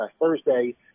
Thursday